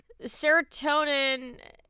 Serotonin